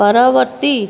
ପରବର୍ତ୍ତୀ